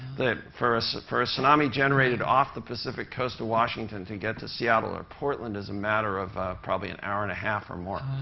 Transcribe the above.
for ah so for a tsunami generated off the pacific coast of washington, to get to seattle or portland is a matter of probably an hour and a half or more.